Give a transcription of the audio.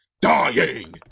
Dying